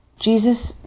Jesus